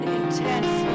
intense